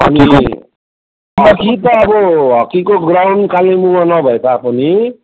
hockey त अब हक्कीको ग्राउन्ड कालिम्पोङमा नभए तापनि